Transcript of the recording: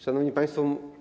Szanowni Państwo!